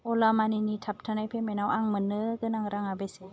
अला मानिनि थाबथानाय पेमेन्टाव आं मोन्नो गोनां राङा बेसे